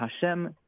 Hashem